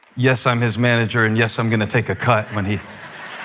yes, i'm his manager and yes i'm going to take a cut when he